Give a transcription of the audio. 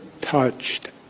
touched